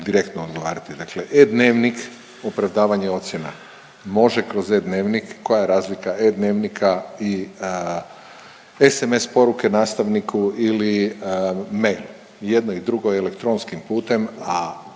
direktno odgovarati. Dakle, e-dnevnik o predavanju ocjena može kroz e-dnevnik. Koja je razlika e-dnevnika i sms poruke nastavniku ili mail? I jedno i drugo je elektronskim putem, a